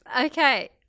okay